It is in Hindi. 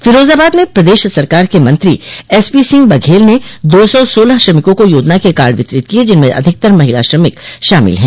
फिरोजाबाद में प्रदेश सरकार के मंत्री एसपी सिंह बघेल ने दो सौ सोलह श्रमिकों को योजना के कार्ड वितरित किये जिनमें अधिकतर महिला श्रमिक शामिल हैं